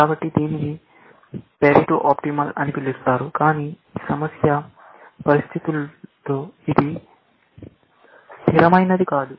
కాబట్టి దీనిని Pareto optimal అని పిలుస్తారు కానీ ఈ సమస్య పరిస్థితులతో ఇది స్థిరమైన సరైనది కాదు